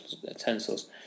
utensils